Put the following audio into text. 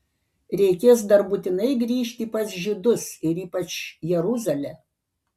reikės dar būtinai grįžti pas žydus ir ypač jeruzalę